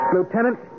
Lieutenant